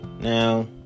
Now